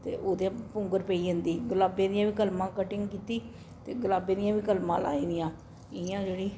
ते ओह्दे पौंगर पेई जंदी गलाबें दियां बी कलमां कटिंग कीती ते गलाबें दियां बी कलमां लाई दियां इ'यां जेह्ड़ी